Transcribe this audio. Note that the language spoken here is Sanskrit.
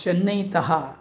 चेन्नैतः